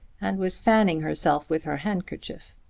and was fanning herself with her handkerchief.